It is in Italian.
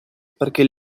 perché